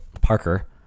Parker